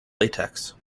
latex